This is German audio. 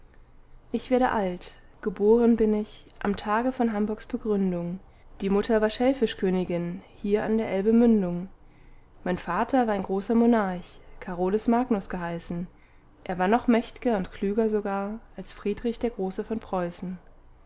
ich werde alt geboren bin ich am tage von hamburgs begründung die mutter war schellfischkönigin hier an der elbe mündung mein vater war ein großer monarch carolus magnus geheißen er war noch mächt'ger und klüger sogar als friedrich der große von preußen